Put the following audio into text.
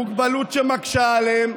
מוגבלות שמקשה עליהם,